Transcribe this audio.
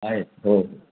आहेत हो